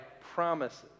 promises